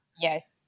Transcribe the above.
Yes